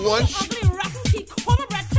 One